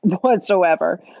whatsoever